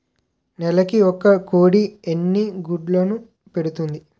నెలకి ఒక కోడి ఎన్ని గుడ్లను పెడుతుంది?